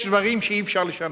יש דברים שאי-אפשר לשנות,